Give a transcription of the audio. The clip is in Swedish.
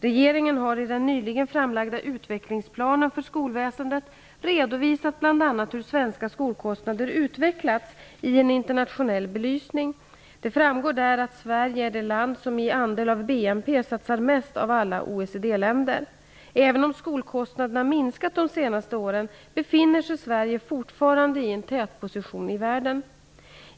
Regeringen har i den nyligen framlagda utvecklingsplanen för skolväsendet redovisat bl.a. hur svenska skolkostnader utvecklats i en internationell belysning. Det framgår där att Sverige är det land som i andel av BNP satsar mest av alla OECD länder. Även om skolkostnaderna minskat de senaste åren befinner sig Sverige fortfarande i en tätposition i världen.